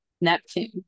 neptune